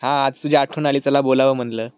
हा आज तुझी आठवण आली चला बोलावं म्हणलं